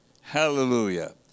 hallelujah